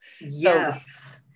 Yes